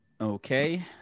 Okay